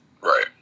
Right